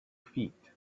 feet